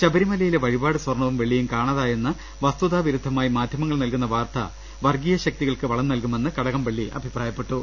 ശബരിമലയിലെ വഴിപാട് സ്വർണവും വെള്ളിയും കാണാതായെന്ന് വസ്തുതാ വിരുദ്ധമായി മാധൃമങ്ങൾ നൽകുന്ന വാർത്ത വർഗീയ ശക്തികൾക്ക് വളം നൽകുമെന്ന് കടകംപള്ളി അഭിപ്രായപ്പെട്ടു